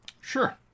Sure